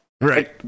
Right